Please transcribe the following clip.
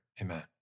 amen